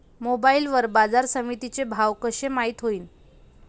Mobile वर बाजारसमिती चे भाव कशे माईत होईन?